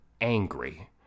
angry